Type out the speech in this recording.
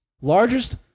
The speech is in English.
Largest